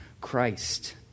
Christ